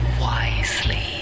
wisely